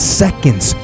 seconds